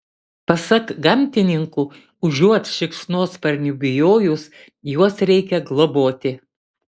pasak gamtininkų užuot šikšnosparnių bijojus juos reikia globoti